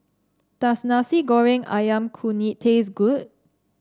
does Nasi Goreng ayam Kunyit taste good